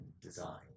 design